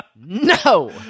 no